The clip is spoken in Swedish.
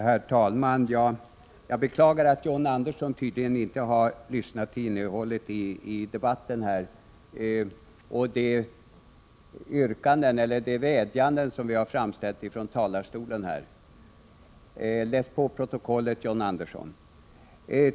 Herr talman! Jag beklagar att John Andersson tydligen inte har lyssnat till innehållet i debatten och de yrkanden, eller vädjanden, som har framställts från talarstolen. Läs på protokollet, John Andersson.